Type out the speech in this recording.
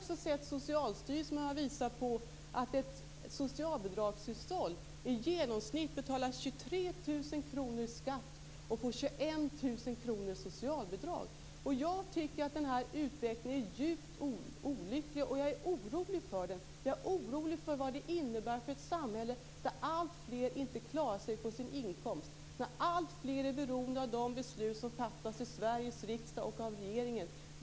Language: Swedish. Socialstyrelsen har visat att ett socialbidragshushåll i genomsnitt betalar 23 000 kr i skatt och får Jag tycker att den här utvecklingen är djupt olycklig, och jag är orolig för den. Jag är orolig för vad det innebär för ett samhälle där alltfler inte klarar sig på sin inkomst, där alltfler är beroende av de beslut som fattas i Sveriges riksdag och av regeringen.